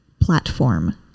platform